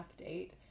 update